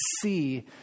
see